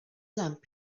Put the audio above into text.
lamp